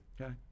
Okay